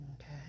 Okay